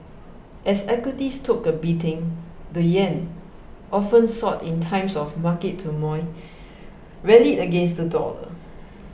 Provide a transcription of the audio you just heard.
as equities took a beating the yen often sought in times of market turmoil rallied against the dollar